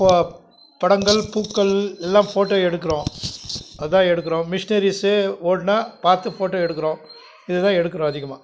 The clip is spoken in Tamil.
ஃபோ படங்கள் பூக்கள் எல்லாம் ஃபோட்டோ எடுக்கிறோம் அதான் எடுக்கிறோம் மிஷ்னரீஸு ஓடுனால் பார்த்து ஃபோட்டோ எடுக்கிறோம் இது தான் எடுக்கிறோம் அதிகமாக